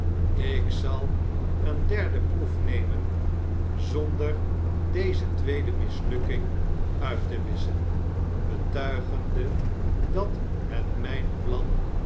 ik zal een derdeproef nemen zonder deze tweede mislukking uit te wisschen betuigende dat het mijn plan